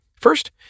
First